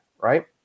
Right